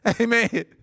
Amen